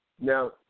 Now